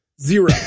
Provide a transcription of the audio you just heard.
Zero